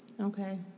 Okay